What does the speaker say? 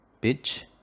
pitch